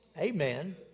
Amen